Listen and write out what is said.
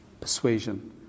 persuasion